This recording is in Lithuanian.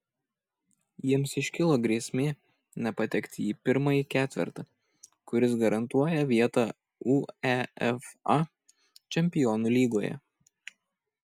jiems iškilo grėsmė nepatekti į pirmąjį ketvertą kuris garantuoja vietą uefa čempionų lygoje